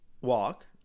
Walk